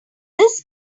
this